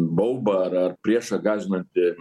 baubą ar ar priešą gąsdinantį